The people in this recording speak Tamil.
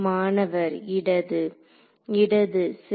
மாணவர் இடது இடது சரி